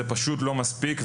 זה פשוט לא מספיק,